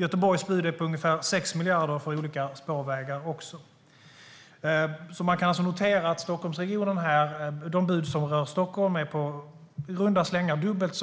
Göteborgs bud är på omkring 6 miljarder, också för olika spårvägar. Man kan notera att de bud som rör Stockholmsregionen i runda slängar är åtminstone dubbelt